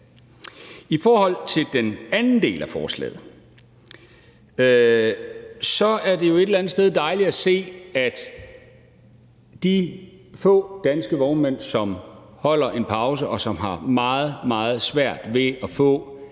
I forhold til den anden del af forslaget er det jo et eller andet sted dejligt at se, at de få danske vognmænd, som holder en pause, og som har meget, meget svært ved at få